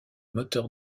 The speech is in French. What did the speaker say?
moteurs